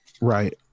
Right